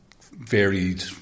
varied